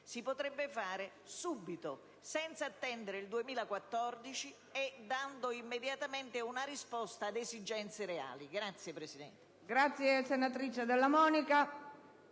Si potrebbe fare subito, senza attendere il 2014, dando così immediatamente una risposta ad esigenze reali. *(Applausi della